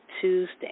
Tuesday